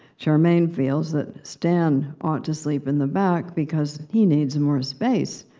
charmaine feels that stan ought to sleep in the back because he needs more space.